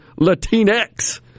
Latinx